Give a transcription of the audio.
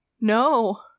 no